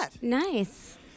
Nice